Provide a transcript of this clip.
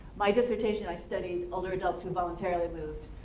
my dissertation, i studied older adults who voluntarily moved.